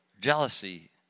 jealousy